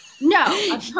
No